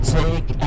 take